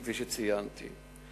כפי שציינתי.